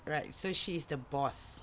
right so she is the boss